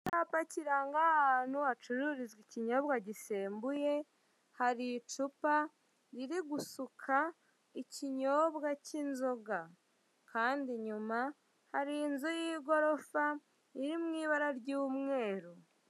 Icyapa kiranga ahantu hacururizwa ikinyobwa gisembuye, hari icupa riri gusuka ikinyobwa cy'inzoga kandi inyuma hari inzu y'igorofa iri mu ibara ry'umweru.